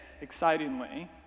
excitingly